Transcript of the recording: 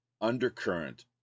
undercurrent